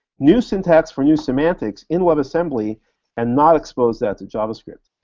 new syntax for new semantics in webassembly and not expose that to javascript.